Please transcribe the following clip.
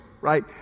right